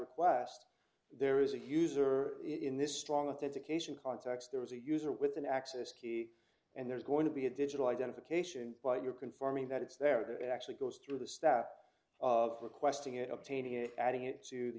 request there is a user in this strong authentication context there was a user with an access key and there's going to be a digital identification while you're confirming that it's there if it actually goes through the step of requesting it obtaining it adding it to the